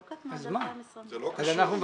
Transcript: זה לא קשור.